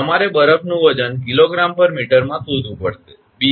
તમારે બરફનું વજન 𝐾𝑔 𝑚 માં શોધવું પડશે બી